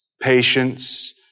patience